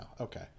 Okay